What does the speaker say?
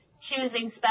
choosing